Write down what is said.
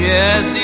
Yes